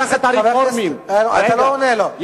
אתה לא עונה לו.